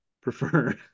prefer